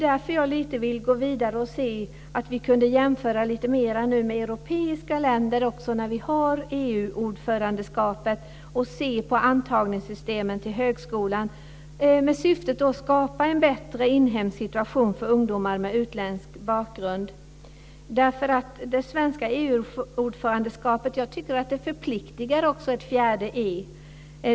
Därför vill jag gå vidare och se om vi nu kan jämföra lite mer med europeiska länder när vi har EU ordförandeskapet och se på antagningssystemen till högskolan med syfte att skapa en bättre inhemsk situation för ungdomar med utländsk bakgrund. Jag tycker att det svenska ordförandeskapet förpliktigar till ett fjärde E.